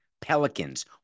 Pelicans